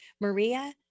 Maria